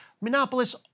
Monopolists